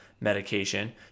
medication